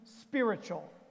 spiritual